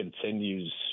continues